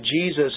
Jesus